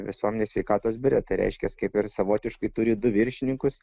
visuomenės sveikatos biure reiškias kaip ir savotiškai turi du viršininkus